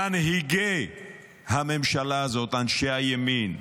מנהיגי הממשלה הזאת, אנשי הימין,